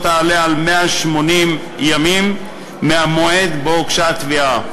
תעלה על 180 ימים מהמועד שבו הוגשה התביעה.